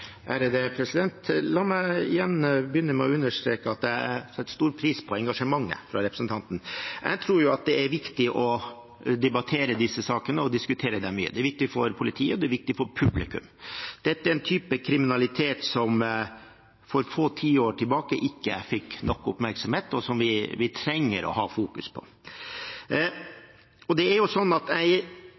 La meg igjen begynne med å understreke at jeg setter stor pris på engasjementet til representanten. Jeg tror det er viktig å debattere disse sakene og diskutere dem mye. Det er viktig for politiet, og det er viktig for publikum. Dette er en type kriminalitet som for få tiår tilbake ikke fikk nok oppmerksomhet, og som vi trenger å fokusere på. Jeg er overbevist om at de tiltakene som er iverksatt, vil gi resultater. Jeg